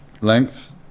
length